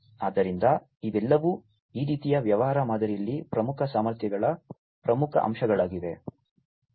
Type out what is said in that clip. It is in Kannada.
ಆದ್ದರಿಂದ ಇವೆಲ್ಲವೂ ಈ ರೀತಿಯ ವ್ಯವಹಾರ ಮಾದರಿಯಲ್ಲಿ ಪ್ರಮುಖ ಸಾಮರ್ಥ್ಯಗಳ ಪ್ರಮುಖ ಅಂಶಗಳಾಗಿವೆ